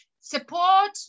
Support